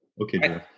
okay